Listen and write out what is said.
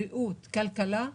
בריאות וכלכלה,